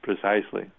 precisely